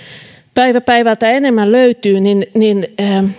päivä päivältä enemmän löytyy niin niin